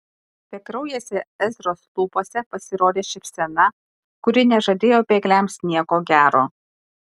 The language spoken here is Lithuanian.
bekraujėse ezros lūpose pasirodė šypsena kuri nežadėjo bėgliams nieko gero